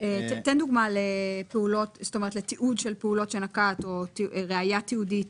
תן דוגמה לתיעוד של פעולות שנקט או ראיה תיעודית,